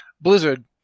Blizzard